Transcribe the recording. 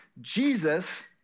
Jesus